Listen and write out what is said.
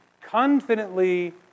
confidently